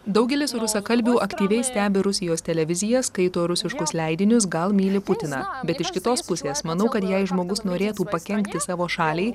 daugelis rusakalbių aktyviai stebi rusijos televiziją skaito rusiškus leidinius gal myli putiną bet iš kitos pusės manau kad jei žmogus norėtų pakenkti savo šaliai